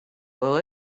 will